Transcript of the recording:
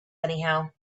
anyhow